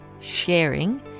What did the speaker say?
sharing